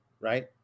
right